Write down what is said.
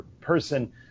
person